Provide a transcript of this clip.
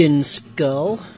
Skull